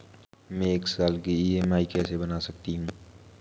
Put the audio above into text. मैं एक साल की ई.एम.आई कैसे बना सकती हूँ?